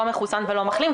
לא מחוסן ולא מחלים,